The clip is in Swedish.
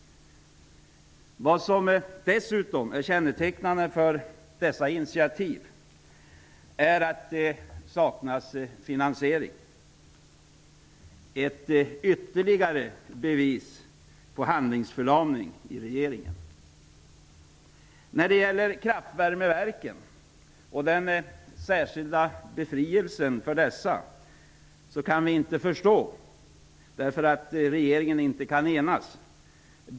Vad som dessutom är kännetecknande för dessa initiativ är att de saknar finansiering, vilket är ytterligare ett bevis på handlingsförlamning i regeringen. Förslaget om särskild skattebefrielse för kraftvärmeverken beror på att regeringen inte kan enas.